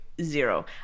Zero